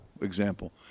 example